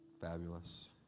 Fabulous